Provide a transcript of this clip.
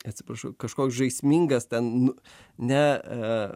atsiprašau kažkoks žaismingas ten ne